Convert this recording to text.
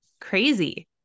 crazy